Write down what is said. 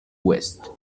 waste